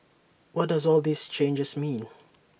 what does all these changes mean